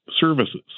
services